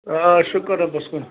آ شُکُر رۅبس کُن